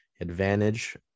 advantage